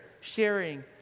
sharing